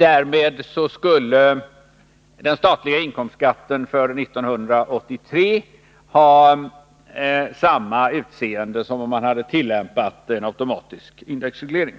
Därmed skulle den statliga inkomstskatten för 1983 ha samma utseende som om man hade tillämpat en automatisk indexreglering.